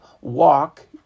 walk